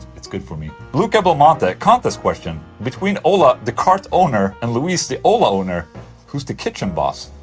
it's good for me luca belmonte contest question between ola the cart-owner and louise the ola-owner who's the kitchen boss?